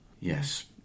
Yes